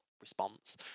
response